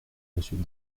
monsieur